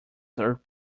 third